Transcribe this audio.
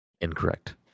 Incorrect